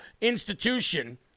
institution